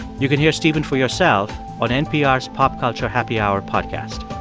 you can hear stephen for yourself on npr's pop culture happy hour podcast